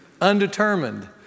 undetermined